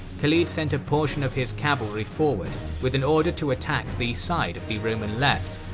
khalid sent portion of his cavalry forward with an order to attack the side of the roman left,